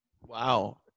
wow